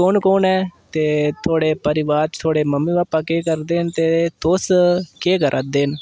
कु'न कु'न ऐ ते थुआढ़े परिवार च थुआढ़े मम्मी भापा केह् करदे न ते तुस केह् करा दे न